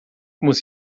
muss